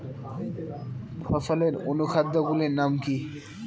ফসলের অনুখাদ্য গুলির নাম কি?